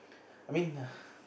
I mean